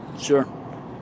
Sure